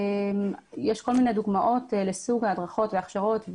יש כל מיני דוגמאות לסוג ההדרכות וההכשרות.